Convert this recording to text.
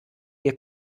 wir